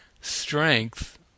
strength